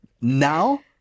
now